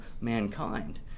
mankind